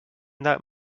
that